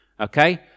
Okay